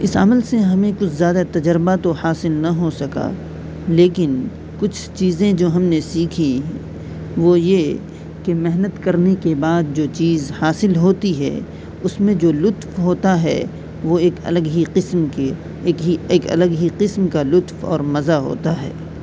اس عمل سے ہمیں کچھ زیادہ تجربہ تو حاصل نہ ہوسکا لیکن کچھ چیزیں جو ہم نے سیکھیں وہ یہ کہ محنت کرنے کے بعد جو چیز حاصل ہوتی ہے اس میں جو لطف ہوتا ہے وہ ایک الگ ہی قسم کی ایک ہی ایک الگ ہی قسم کا لطف اور مزہ ہوتا ہے